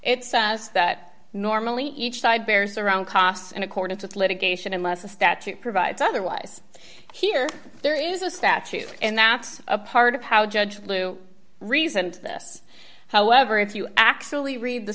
says that normally each side bears around costs in accordance with litigation unless a statute provides otherwise here there is a statute and that's a part of how judge lou reasoned this however if you actually read the